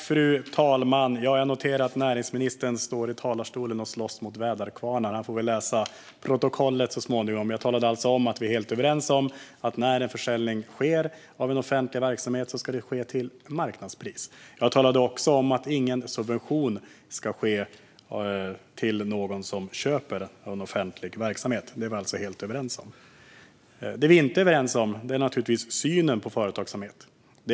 Fru talman! Jag noterar att näringsministern står i talarstolen och slåss mot väderkvarnar. Han får väl läsa protokollet så småningom. Jag talade om att vi är helt överens om att när en försäljning sker av en offentlig verksamhet ska det ske till marknadspris. Jag talade också om att ingen subvention ska ske till någon som köper en offentlig verksamhet. Det är vi helt överens om. Det vi inte är överens om är synen på företagsamhet.